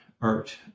art